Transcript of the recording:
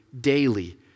daily